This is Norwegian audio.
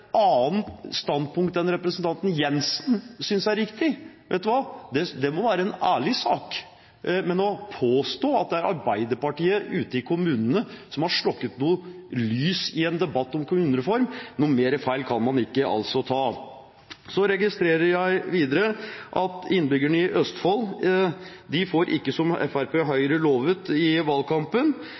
annet standpunkt enn det representanten Jenssen synes er riktig, det må være en ærlig sak. Men å påstå at det er Arbeiderpartiet ute i kommunene som har slukket noe lys i en debatt om kommunereform – mer feil kan man ikke ta. Så registrerer jeg videre at innbyggerne i Østfold får ikke som Fremskrittspartiet og Høyre lovet i valgkampen.